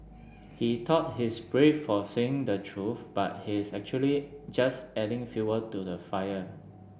he thought he's brave for saying the truth but he's actually just adding fuel to the fire